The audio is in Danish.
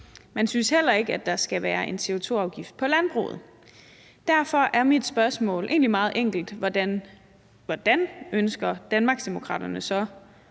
Man synes heller ikke, der skal være en CO2-afgift på landbruget. Derfor er mit spørgsmål egentlig meget enkelt: Hvordan vil Danmarksdemokraterne så